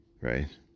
right